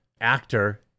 actor